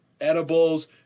Edibles